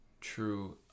True